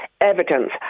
evidence